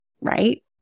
right